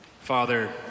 Father